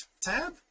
tab